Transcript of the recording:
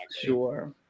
Sure